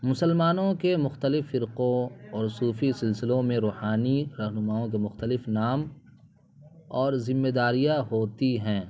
مسلمانوں کے مختلف فرقوں اور صوفی سلسلوں میں روحانی رہنماؤں کے مختلف نام اور ذمہ داریاں ہوتی ہیں